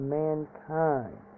mankind